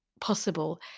possible